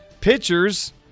Pitchers